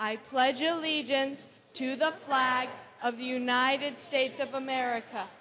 i pledge allegiance to the flag of the united states of america